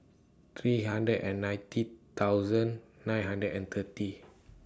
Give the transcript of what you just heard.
three hundred and ninety thousand nine hundred and thirty